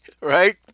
right